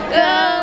go